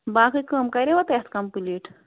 باقٕے کٲم کَریوا تۄہہِ اَتھ کمپٕلیٖٹ